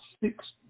six